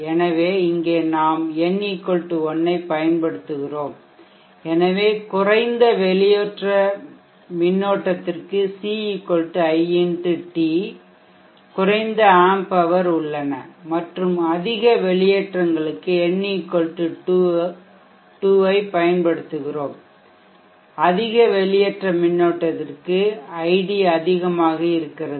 எனவே இங்கே நாம் n 1 ஐப் பயன்படுத்துகிறோம் எனவே குறைந்த வெளியேற்ற மின்னோட்டத்திற்கு C I x t குறைந்த ஆம்ப் ஹவர் உள்ளன மற்றும் அதிக வெளியேற்றங்களுக்கு n 2 ஐப் பயன்படுத்துகிறோம் அதிக வெளியேற்ற மின்னோட்டத்திற்கு ஐடி அதிகமாக இருக்கிறது